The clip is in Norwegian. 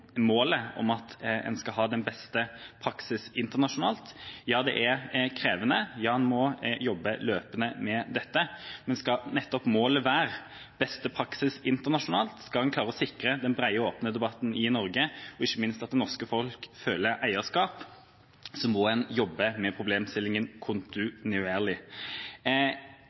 målet er at man skal ha den beste praksisen internasjonalt. Ja, det er krevende. Ja, man må jobbe løpende med dette. Men skal målet være nettopp beste praksis internasjonalt – skal man klare å sikre den brede og åpne debatten i Norge, ikke minst at det norske folk føler eierskap – må man jobbe med